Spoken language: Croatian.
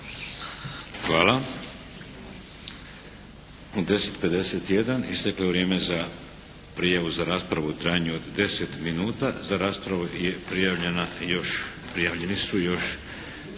Hvala. U 10,51 isteklo je vrijeme za prijavu za raspravu u trajanju od 10 minuta. Za raspravu su prijavljeni još 4 kluba i 23